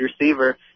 receiver